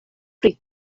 pri